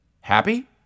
Happy